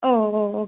ഓ ഓ ഓക്കേ